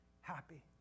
happy